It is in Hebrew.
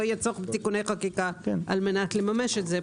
לא יהיה צורך בתיקוני חקיקה כדי לממש את זה.